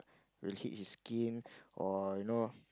will hit his skin or you know